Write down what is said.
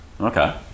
Okay